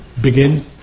begin